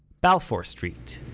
balfour street